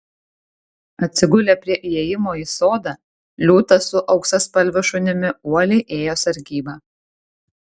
atsigulę prie įėjimo į sodą liūtas su auksaspalviu šunimi uoliai ėjo sargybą